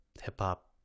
hip-hop